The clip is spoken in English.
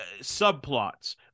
subplots